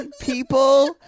people